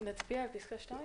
נצביע על פסקה (2)?